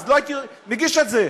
לא הייתי מגיש את זה,